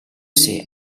say